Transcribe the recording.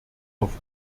auf